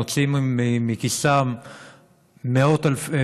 מוציאים מכיסם אלפי שקלים,